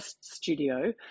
studio